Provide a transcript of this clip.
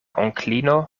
onklino